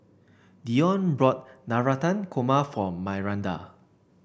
Deon bought Navratan Korma for Myranda